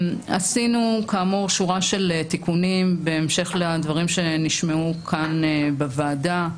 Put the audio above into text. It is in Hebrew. עשינו שורה של תיקונים בהמשך לדברים שנשמעו כאן בוועדה.